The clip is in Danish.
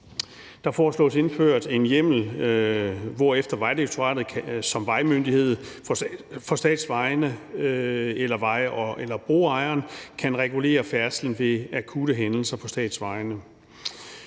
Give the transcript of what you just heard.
Der foreslås indført en hjemmel, hvorefter Vejdirektoratet som vejmyndighed for statsvejene eller broejeren kan regulere færdslen ved akutte hændelser på statsvejene.